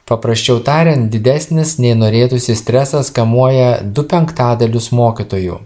paprasčiau tariant didesnis nei norėtųsi stresas kamuoja du penktadalius mokytojų